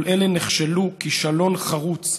כל אלה נכשלו כישלון חרוץ